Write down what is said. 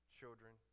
children